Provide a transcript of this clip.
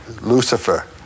Lucifer